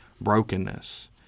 brokenness